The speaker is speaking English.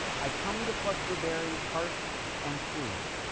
i come to pluck your berries harsh and crude,